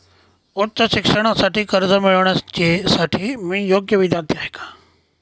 उच्च शिक्षणासाठी कर्ज मिळविण्यासाठी मी योग्य विद्यार्थी आहे का?